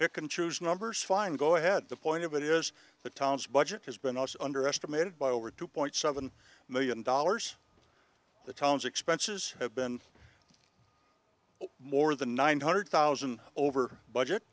pick and choose numbers fine go ahead the point of it is the town's budget has been also underestimated by over two point seven million dollars the town's expenses have been more than nine hundred thousand over budget